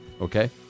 okay